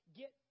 get